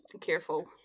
careful